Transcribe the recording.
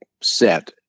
set